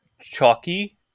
chalky